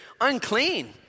unclean